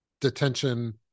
detention